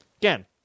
again